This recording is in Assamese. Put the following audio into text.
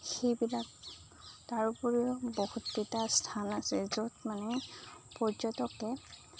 সেইবিলাক তাৰ উপৰিও বহুতকেইটা স্থান আছে য'ত মানে পৰ্যটকে